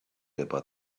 about